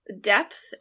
depth